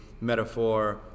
metaphor